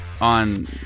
on